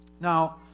Now